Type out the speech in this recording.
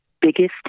biggest